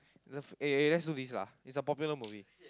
the let's do this lah is a popular movie